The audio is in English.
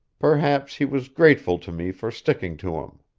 perhaps he was grateful to me for sticking to him.